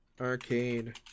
Arcade